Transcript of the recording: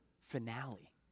finale